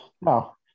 No